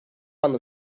anda